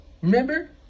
Remember